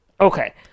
Okay